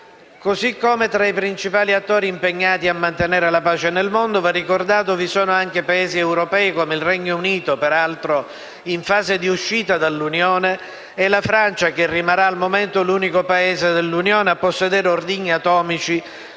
Così come, tra i principali attori impegnati a mantenere la pace nel mondo va ricordato che vi sono anche Paesi europei come il Regno Unito, peraltro in fase di uscita dall'Unione, e la Francia, che rimarrà, al momento, l'unico Paese dell'Unione a possedere ordigni atomici,